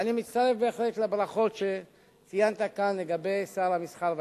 ואני מצטרף בהחלט לברכות שציינת כאן לגבי שר המסחר והתעשייה.